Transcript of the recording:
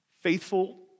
Faithful